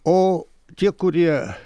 o tie kurie